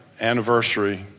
anniversary